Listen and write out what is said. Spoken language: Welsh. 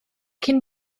cyn